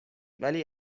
ولی